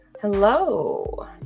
Hello